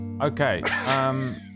Okay